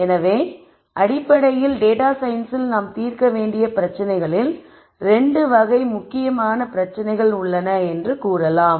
எனவே அடிப்படையில் டேட்டா சயின்ஸில் நாம் தீர்க்க வேண்டிய பிரச்சனைகளில் 2 வகை முக்கியமான பிரச்சினைகள் உள்ளன என்று கூறலாம்